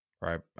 right